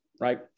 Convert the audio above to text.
right